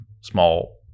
small